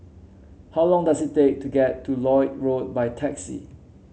how long does it take to get to Lloyd Road by taxi